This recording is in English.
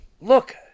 Look